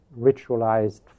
ritualized